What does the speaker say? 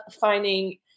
finding